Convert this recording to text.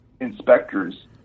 inspectors